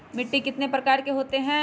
मिट्टी कितने प्रकार के होते हैं?